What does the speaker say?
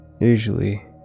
Usually